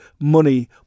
money